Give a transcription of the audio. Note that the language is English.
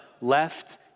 left